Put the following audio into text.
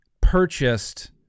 purchased